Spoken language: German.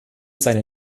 seine